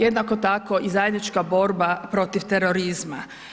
Jednako tako i zajednička borba protiv terorizma.